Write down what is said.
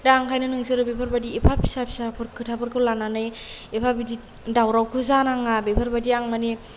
दा ओंखायनो नोंसोर बेफोरबायदि एफा फिसा फिसाफोर खोथाफोरखौ लानानै एफा बिदि दावरावखौ जानाङा बेफोरबायदि आं मानि